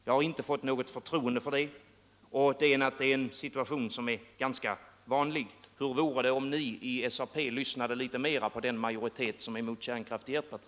Jag har inte fått något förtroende för det. Detta är en situation som är ganska vanlig. Hur vore det om ni i SAP lyssnade litet mer på den majoritet som är emot kärnkraft i ert parti?